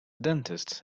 dentist